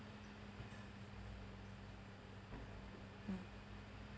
mm